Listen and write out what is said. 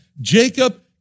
Jacob